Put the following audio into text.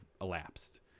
elapsed